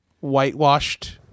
whitewashed